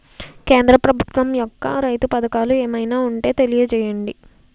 కేంద్ర ప్రభుత్వం యెక్క రైతు పథకాలు ఏమైనా ఉంటే తెలియజేయండి?